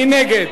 מי נגד?